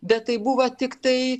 bet tai buvo tiktai